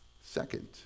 second